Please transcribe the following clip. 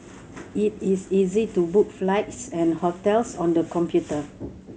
it is easy to book flights and hotels on the computer